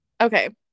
Okay